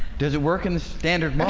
does it work in the standard?